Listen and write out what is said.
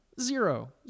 Zero